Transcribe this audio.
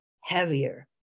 heavier